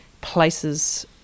places